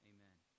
Amen